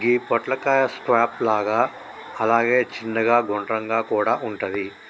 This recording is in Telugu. గి పొట్లకాయ స్క్వాష్ లాగా అలాగే చిన్నగ గుండ్రంగా కూడా వుంటది